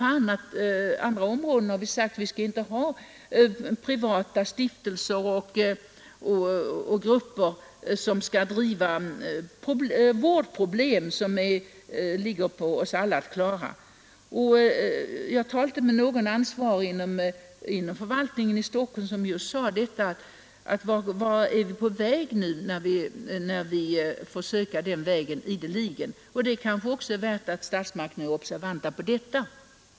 Vi har ju på andra områden sagt att vi inte skall ha några privata stiftelser och grupper som bedriver vård, som det tillkommer oss alla att klara av. Jag har talat med en ansvarig inom Stockholms förvaltning som frågade vart det bär hän nu, när vi ideligen går den vägen. Det är nog bra om statsmakterna är observanta på detta.